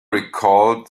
recalled